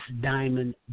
Diamond